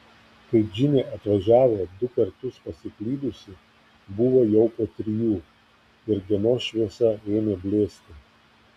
kai džinė atvažiavo du kartus pasiklydusi buvo jau po trijų ir dienos šviesa ėmė blėsti